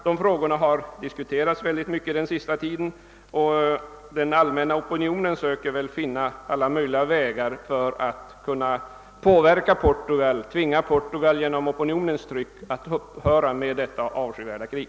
Dessa frågor har behandlats mycket under den senaste tiden, och man försöker säkerligen via allmänna opinionens tryck att finna alla möjliga vägar för att tvinga Portugal att upphöra med detta avskyvärda krig.